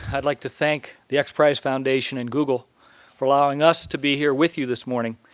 i'd like to thank the x prize foundation and google for allowing us to be here with you this morning.